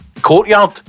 courtyard